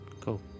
cool